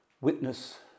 witness